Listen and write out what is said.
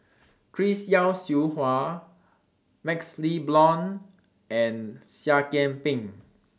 Chris Yeo Siew Hua MaxLe Blond and Seah Kian Peng